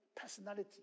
personality